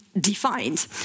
defined